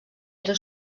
era